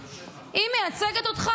הוא יושב מאחורי --- היא מייצגת אותך?